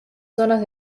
zonas